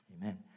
Amen